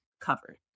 covered